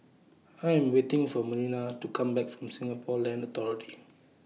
I Am waiting For Melina to Come Back from Singapore Land Authority